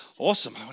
Awesome